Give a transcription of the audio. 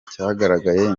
cyagaragaye